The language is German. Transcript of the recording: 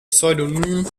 pseudonym